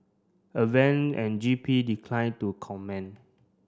advent and G P declined to comment